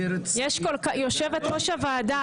יושבת ראש הוועדה,